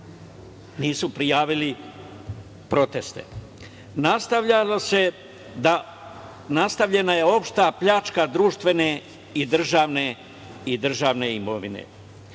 Nisu prijavili proteste. Nastavljena je opšta pljačka društvene i državne imovine. Sve